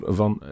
van